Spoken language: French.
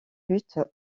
buts